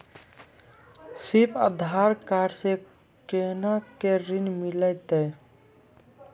सिर्फ आधार कार्ड से कोना के ऋण मिलते यो?